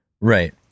Right